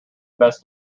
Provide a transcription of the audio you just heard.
best